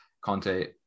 Conte